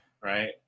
right